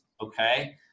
Okay